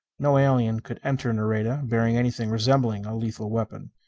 no alien could enter nareda bearing anything resembling a lethal weapon.